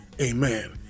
Amen